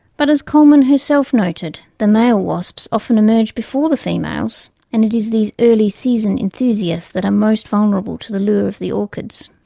but as coleman herself noted, the male wasps often emerge before the females and it is these early season enthusiasts that are most vulnerable to the lure of the orchids.